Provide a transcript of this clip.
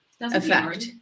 effect